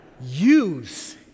Use